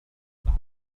بسرعة